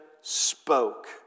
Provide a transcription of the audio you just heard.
spoke